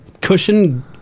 cushion